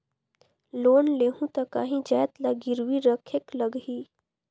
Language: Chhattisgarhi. लोन लेहूं ता काहीं जाएत ला गिरवी रखेक लगही?